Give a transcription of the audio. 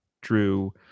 Drew